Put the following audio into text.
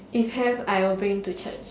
if have I will bring to Church